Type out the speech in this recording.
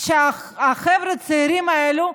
לחבר'ה הצעירים האלה,